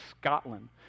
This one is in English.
Scotland